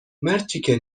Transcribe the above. مرتیکه